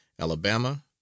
Alabama